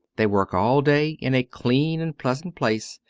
they work all day in a clean and pleasant place,